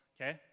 okay